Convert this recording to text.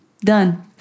done